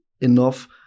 enough